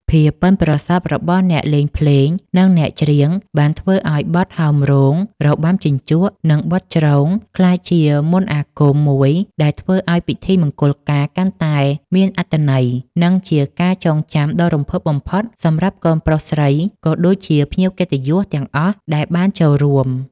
ភាពប៉ិនប្រសប់របស់អ្នកលេងភ្លេង និងអ្នកច្រៀង បានធ្វើឱ្យបទ ហោមរោង របាំជញ្ជក់ និងបទ ជ្រង ក្លាយជាមន្តអាគមមួយដែលធ្វើឱ្យពិធីមង្គលការកាន់តែមានអត្ថន័យ និងជាការចងចាំដ៏រំភើបបំផុតសម្រាប់កូនប្រុសស្រី ក៏ដូចជាភ្ញៀវកិត្តិយសទាំងអស់ដែលបានចូលរួម។